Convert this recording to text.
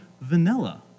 vanilla